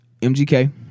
MGK